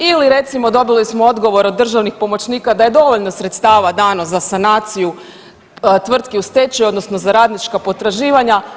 Ili recimo dobili smo odgovor od državnih pomoćnika da je dovoljno sredstava dano za sanaciju tvrtki u stečaj odnosno za radnička potraživanja.